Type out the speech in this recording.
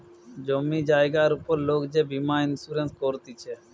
জমি জায়গার উপর লোক যে বীমা ইন্সুরেন্স করতিছে